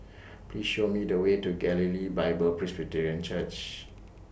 Please Show Me The Way to Galilee Bible Presbyterian Church